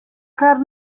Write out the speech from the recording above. kar